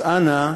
אז אנא,